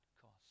cost